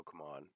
Pokemon